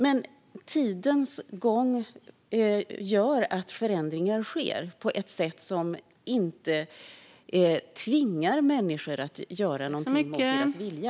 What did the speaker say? Men tidens gång gör att förändringar sker på ett sätt som inte tvingar människor att göra någonting mot deras vilja.